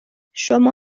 شما